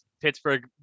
Pittsburgh